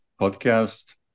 podcast